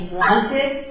wanted